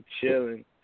chilling